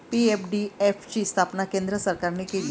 PFDF ची स्थापना केंद्र सरकारने केली